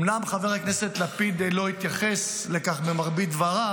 אומנם חבר הכנסת לפיד לא התייחס לכך במרבית דבריו,